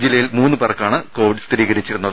ജില്ലയിൽ മൂന്നുപേർക്കാണ് കോവിഡ് സ്ഥിരീകരിച്ചിരുന്നത്